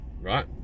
right